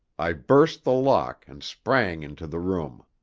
i burst the lock, and sprang into the room.